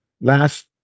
last